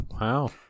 Wow